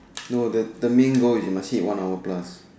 no the the main goal is you must sit one hour plus